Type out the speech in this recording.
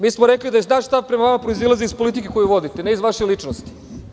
Mi smo rekli da naš stav prema vama proizilazi iz politike koju vodite, ne iz vaše ličnosti.